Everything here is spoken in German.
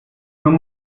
nun